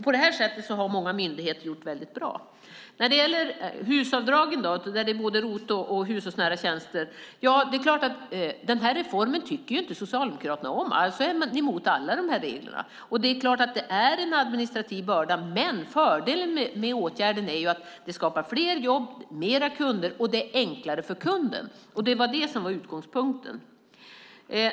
På detta sätt har många myndigheter gjort det bra. Socialdemokraterna tycker inte om ROT-avdrag och avdrag för hushållsnära tjänster, alltså är ni emot alla dessa regler. Självklart är det en administrativ börda, men fördelen med åtgärden är att den skapar fler jobb och fler kunder, och det är enklare för kunden. Det var utgångspunkten.